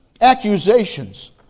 accusations